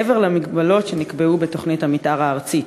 מעבר למגבלות שנקבעו בתוכנית המתאר הארצית.